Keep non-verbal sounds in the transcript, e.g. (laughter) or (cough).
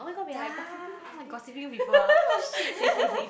ya gossiping people ah oh shit (laughs)